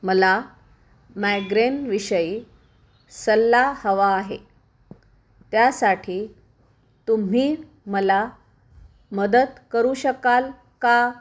मला मायग्रेनविषयी सल्ला हवा आहे त्यासाठी तुम्ही मला मदत करू शकाल का